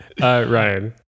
Ryan